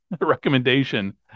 recommendation